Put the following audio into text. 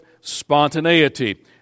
spontaneity